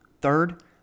Third